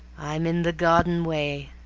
i'm in the garden way,